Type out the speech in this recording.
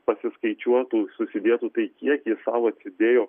pasiskaičiuotų susidėtų tai kiek jis sau atsidėjo